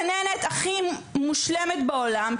גם אם תבוא הגננת הכי מוכשרת בעולם,